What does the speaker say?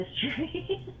history